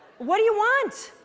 what do you want?